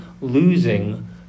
losing